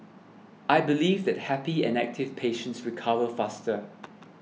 I believe that happy and active patients recover faster